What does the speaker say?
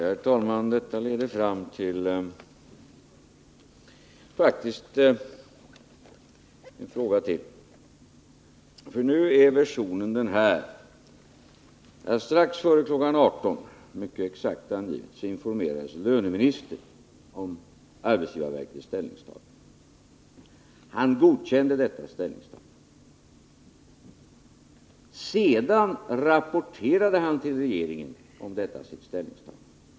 Herr talman! Detta leder faktiskt fram till ännu en fråga, för nu är versionen den här: Strax före kl. 18 — mycket exakt angivet — informerades löneministern om arbetsgivarverkets ställningstagande. Han godkände detta ställningstagande. Sedan rapporterade han till regeringen om detta sitt ställningstagande.